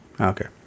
Okay